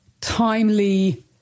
timely